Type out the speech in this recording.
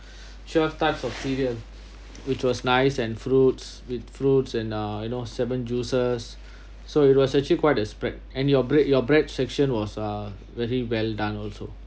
twelve types of cereal which was nice and fruits with fruits and uh you know seven juices so it was actually quite a spread and your bread your bread section was uh very well done also